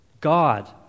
God